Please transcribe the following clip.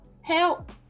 help